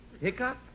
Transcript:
Hiccup